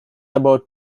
about